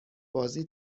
بازی